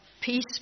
Peace